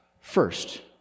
First